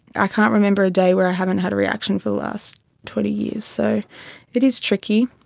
i can't remember a day where i haven't had a reaction for the last twenty years. so it is tricky,